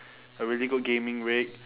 a really good gaming rig